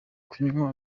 kunywa